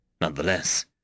Nonetheless